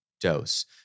dose